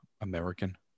American